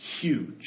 huge